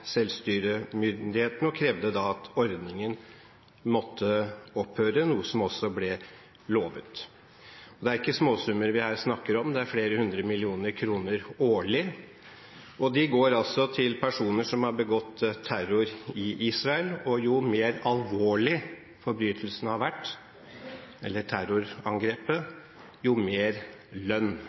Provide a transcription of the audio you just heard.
selvstyremyndighetene og krevde at ordningen måtte opphøre – noe som også ble lovet. Det er ikke småsummer vi her snakker om. Det er flere hundre millioner kroner årlig som altså går til personer som har begått terror i Israel. Og jo mer alvorlig terrorangrepet har vært, jo mer lønn